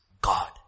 God